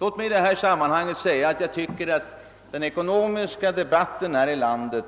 Låt mig i detta sammanhang säga att jag tycker att den ekonomiska debatten här i landet